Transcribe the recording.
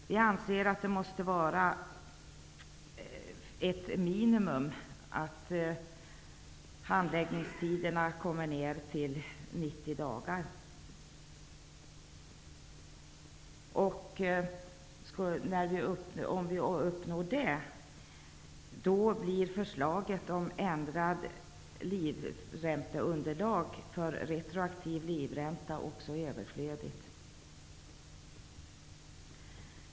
Vi anser att handläggningstiden skall få vara högst 90 dagar. Om vi uppnår det målet blir förslaget om ändrat livränteunderlag för retroaktiv livränta överflödigt.